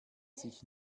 sich